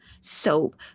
soap